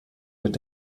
mit